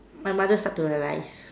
my mother starts to realise